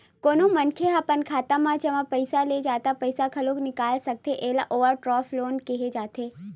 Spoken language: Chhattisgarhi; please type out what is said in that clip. कोनो मनखे ह अपन खाता म जमा पइसा ले जादा पइसा घलो निकाल सकथे एला ओवरड्राफ्ट लोन केहे जाथे